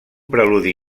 preludi